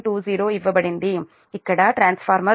20 ఇవ్వబడింది ఇక్కడ ట్రాన్స్ఫార్మర్ ఉంది 0